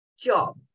Job